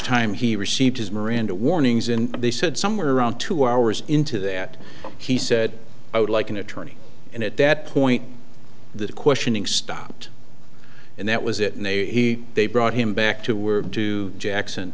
time he received his miranda warnings in they said somewhere around two hours into that he said i would like an attorney and at that point the questioning stopped and that was it and they he they brought him back to were two jacks